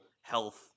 health